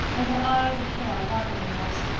but her eyes and hair darker than yours.